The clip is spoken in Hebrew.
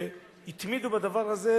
שהתמידו בדבר הזה,